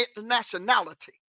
nationality